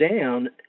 down